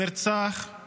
שישה נרצחים ביממה